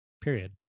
period